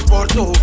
Porto